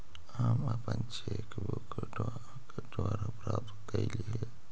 हम अपन cheque book डाक द्वारा प्राप्त कईली हे